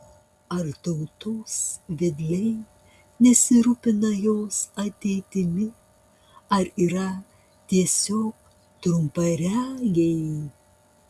ar tautos vedliai nesirūpina jos ateitimi ar yra tiesiog trumparegiai